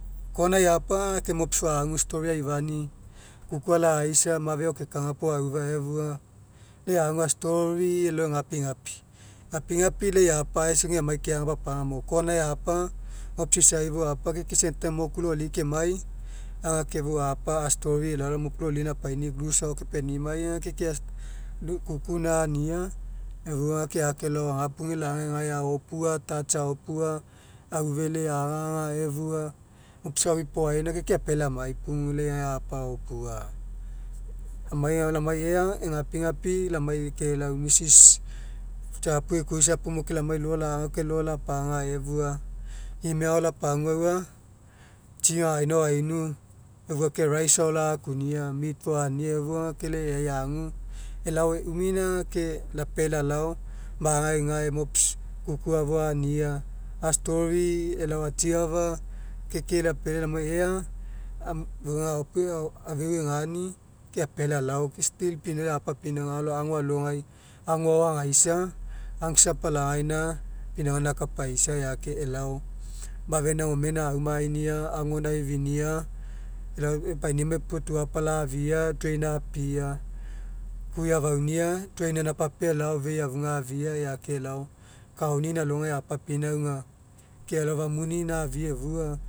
Corner'ai apa aga mops fou agu story aifani'i kuku ala'aisa mafe ekaega puo aufa efua lai agu a'story elao egapigapi gapigapi lai apa aisoge amai keaga apagai amai corner'ai apa mops isai fou apa ke isa moku loli kemai aga ke fou apa a'story elao moku loli gaina apaini'i loose ao kepenimai ke ke kuku gaina ania efua ke ake alao agapuge lagai gae aopua touch aopua aufele agaga efua mops aui poaina ke apealai amai pugu lai gae apa aopua amai lai ea aga egapigapi lamai lau mrs tsiapu eikuisa puo mo ke lau lamai lagaukae lo'o lapaga efua imega ao lapaguaua two gagaina ao ainu efua ke rice ao lagakunia meat fou ania efua aga ke lai agu elo eumina aga lapealai lalao magai gae mops fou kuku fou ania a'story elao atsiafa ke ke lapea lamai ea afeu egaina ke apealai alao ke still apinauga gaina apa apinauga alao ago alogai ago ao agaisa uncs apalagaina pinauga gaina akapaisa eake elao mafe gain gome agaumainia ago gaina aifinia epainimai puo tuapala afia drain apia kui afaunia drain gaina ap apia elao fei afuga afia eake elao. Kaoni gaina alogai apa apinauga ke alao famuni ina afi'i efua